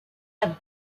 have